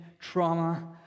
trauma